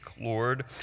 Lord